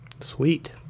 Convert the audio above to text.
sweet